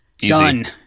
Done